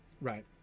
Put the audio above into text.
right